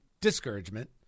discouragement